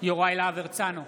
יוראי להב הרצנו,